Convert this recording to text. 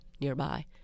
nearby